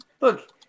Look